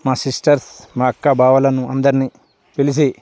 మా సిస్టర్స్ మా అక్క బావలను అందరినీ పిలిచి